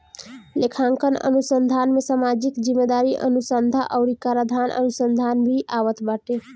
लेखांकन अनुसंधान में सामाजिक जिम्मेदारी अनुसन्धा अउरी कराधान अनुसंधान भी आवत बाटे